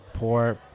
Poor